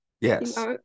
Yes